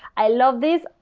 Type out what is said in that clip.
i love this.